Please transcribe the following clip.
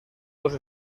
dos